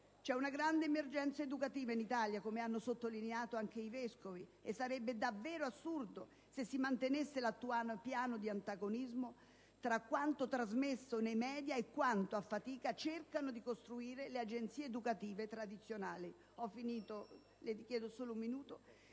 C'è una grande emergenza educativa in Italia, come hanno sottolineato anche i vescovi, e sarebbe davvero assurdo se si mantenesse l'attuale piano di antagonismo tra quanto trasmesso nei *media* e quanto a fatica cercano di costruire le agenzie educative tradizionali.